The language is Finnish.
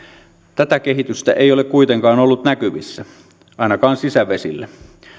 tätä kehitystä ei ole kuitenkaan ollut näkyvissä ainakaan sisävesillä